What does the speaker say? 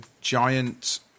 giant